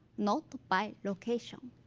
not by location.